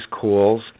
calls